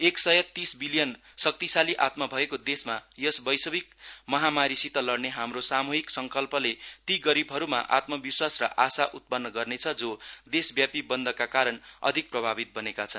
एक सय तीस विलियन शक्तिशाली आत्मा भएको देशमा यस वैश्विक महामारीसित लड्ने हाम्रो साम्हिक संकल्पले ती गरीबहरूमा आत्मविश्वास र आशा उत्पन्न गर्नेछ जो देशव्यापी बन्दका कारण अधिक प्रभावित बनेका छन्